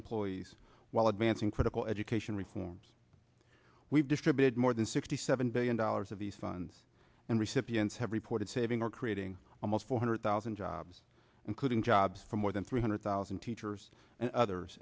employees while advancing critical education reforms we've distributed more than sixty seven billion dollars of these funds and recipients have reported saving or creating almost four hundred thousand jobs including jobs for more than three hundred thousand teachers and others